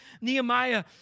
Nehemiah